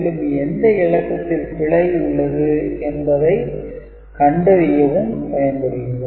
மேலும் இது எந்த இலக்கத்தில் பிழை உள்ளது என்பதை கண்டறியவும் பயன்படுகிறது